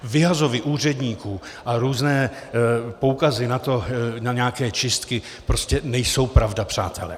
Vyhazovy úředníků a různé poukazy na nějaké čistky prostě nejsou pravda, přátelé.